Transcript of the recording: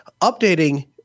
updating